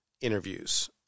interviews